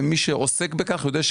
ומי שעוסק בכך יודע,